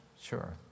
Sure